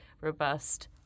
robust